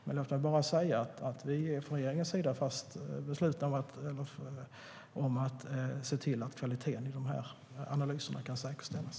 Men jag vill bara säga att vi från regeringen är fast beslutna om att se till att kvaliteten i dessa analyser ska säkerställas.